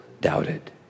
doubted